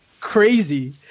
crazy